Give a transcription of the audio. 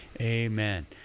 Amen